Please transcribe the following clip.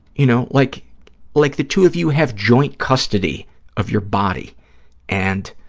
you know, like like the two of you have joint custody of your body and,